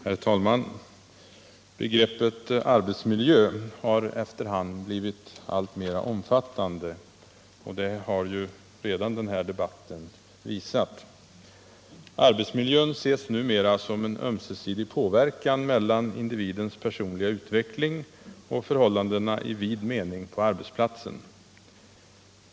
Herr talman! Begreppet arbetsmiljö har efter hand blivit alltmera omfattande, vilket den här debatten redan har visat. Arbetsmiljön betraktas numera som resultatet av en ömsesidig påverkan då det gäller individens personliga utveckling och förhållandena i vid mening på arbetsplatsen.